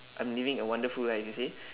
I'm living a wonderful life you see